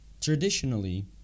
traditionally